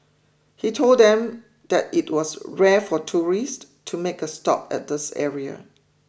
he told them that it was rare for tourists to make a stop at this area